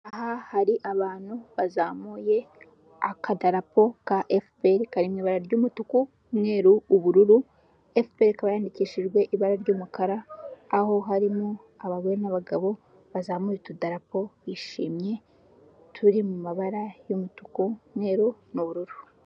Aha hari abantu bazamuye akadarapo ka FPR kari mu ibara ry'umutuku, umweru, ubururu, FPR ikaba yandikishijwe ibara ry'umukara, aho harimo abagore n'abagabo bazamuye utudarapo bishimye, turi mu mabara y'umutuku, umweru n'ubururu.